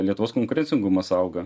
lietuvos konkurencingumas auga